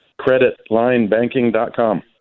CreditLineBanking.com